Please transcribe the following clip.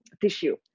tissue